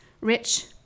rich